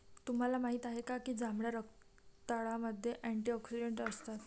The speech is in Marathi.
तुम्हाला माहित आहे का की जांभळ्या रताळ्यामध्ये अँटिऑक्सिडेंट असतात?